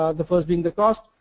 ah the first being the cost,